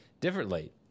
differently